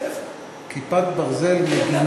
"כיפת ברזל", אדוני השר?